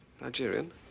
Nigerian